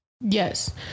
yes